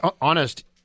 honest